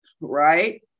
Right